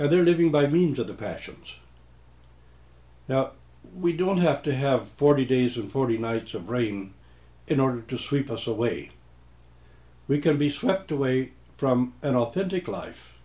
and they're living by means of the passions now we don't have to have forty days and forty nights of rain in order to sweep us away we can be swept away from an authentic life